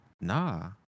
Nah